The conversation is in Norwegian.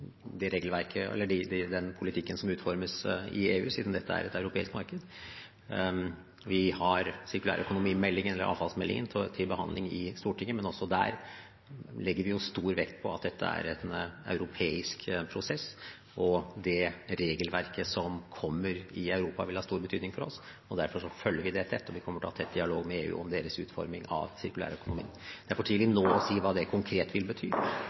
den politikken som utformes i EU, siden dette er et europeisk marked. Vi har sirkulærøkonomimeldingen, eller avfallsmeldingen, til behandling i Stortinget, men også der legger vi stor vekt på at dette er en europeisk prosess, og det regelverket som kommer i Europa, vil ha stor betydning for oss. Derfor følger vi det tett, og vi kommer til å ha tett dialog med EU om deres utforming av sirkulær økonomi. Det er for tidlig nå å si hva det konkret vil bety,